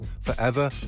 Forever